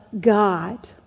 God